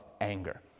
anger